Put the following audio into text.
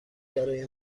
برای